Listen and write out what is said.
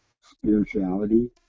spirituality